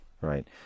Right